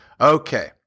okay